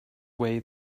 way